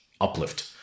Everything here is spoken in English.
uplift